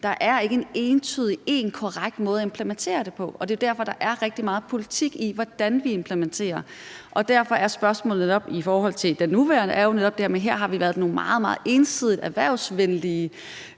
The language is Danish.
at der ikke er en entydigt korrekt måde at implementere det på, og det er jo derfor, at der er rigtig meget politik i, hvordan vi implementerer det. Derfor er spørgsmålet nok i forhold til det nuværende jo netop, at her har der været nogle meget, meget ensidigt erhvervsvenlige